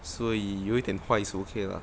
所以有一点坏是 okay lah